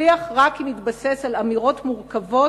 יצליח רק אם יתבסס על אמירות מורכבות,